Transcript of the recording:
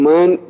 Man